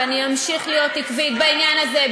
ואני אמשיך להיות עקבית בעניין הזה,